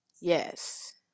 Yes